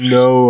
no